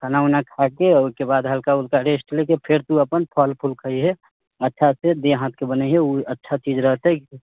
चना उना खा कऽ आ ओहिके बाद हल्का उल्का रेस्ट लऽ कऽ फेर तू अपन फल फूल खइहेँ अच्छासँ देह हाथके बनहियऽ ओ अच्छा चीज रहतै